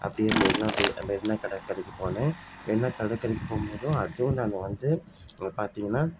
அப்படியே மெரினா மெரினா கடற்கரைக்கு போனேன் மெரினா கடற்கரைக்கும் போகும்போதும் அதுவும் நாங்கள் வந்து அங்கே பார்த்திங்கனா